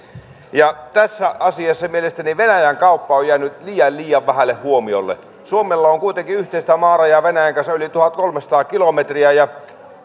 ja tässä asiassa mielestäni venäjän kauppa on jäänyt liian vähälle huomiolle suomella on kuitenkin yhteistä maarajaa venäjän kanssa yli tuhatkolmesataa kilometriä ja